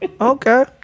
Okay